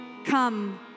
Come